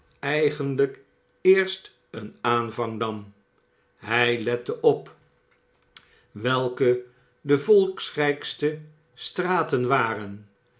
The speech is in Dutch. eigenlijk eerst een aanvang nam hij lette op welke de volkrijkste straten waren